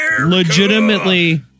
legitimately